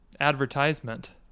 advertisement